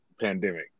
pandemic